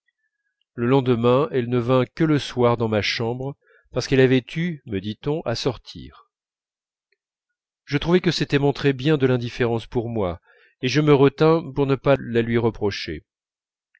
le lendemain elle ne vint que le soir dans ma chambre parce qu'elle avait eu me dit-on à sortir je trouvai que c'était montrer bien de l'indifférence pour moi et je me retins pour ne pas la lui reprocher